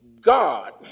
God